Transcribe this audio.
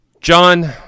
John